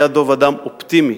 היה דב אדם אופטימי,